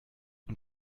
und